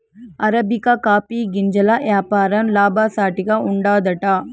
arabica coffee గింజల యాపారం లాభసాటిగా ఉండాదట